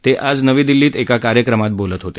ते आज नवी दिल्लीत एका कार्यक्रमात बोलत होते